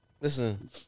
Listen